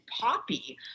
poppy